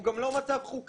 הוא גם לא מצב חוקי.